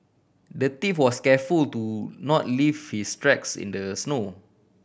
the thief was careful to not leave his tracks in the snow